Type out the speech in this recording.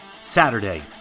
Saturday